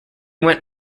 went